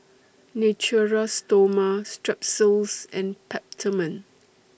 Natura Stoma Strepsils and Peptamen